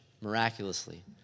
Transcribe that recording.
miraculously